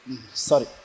sorry